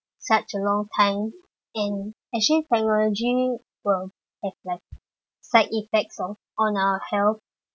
such a long time and actually technology will have like side effects of on our health